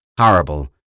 horrible